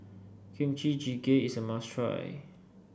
Kimchi Jjigae is a must try